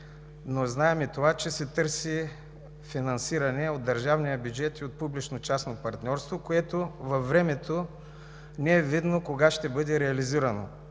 Но знаем и това, че се търси финансиране от държавния бюджет и от публично-частно партньорство, което във времето не е видно кога ще бъде реализирано.